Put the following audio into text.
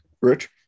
Rich